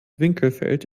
winkelfeld